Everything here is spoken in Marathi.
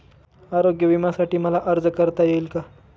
आरोग्य विम्यासाठी मला अर्ज करता येईल का?